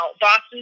Boston